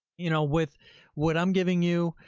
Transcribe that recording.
you know, with what i'm giving you,